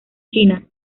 china